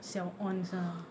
siao ons ah